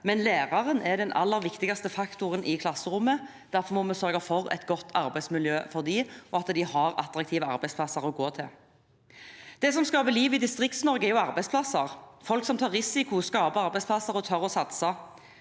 er læreren som er den aller viktigste faktoren i klasserommet. Derfor må vi sørge for et godt arbeidsmiljø for dem, og at de har attraktive arbeidsplasser å gå til. Det som skaper liv i Distrikts-Norge, er arbeidsplasser – folk som tar risiko, skaper arbeidsplasser, og som tør å satse.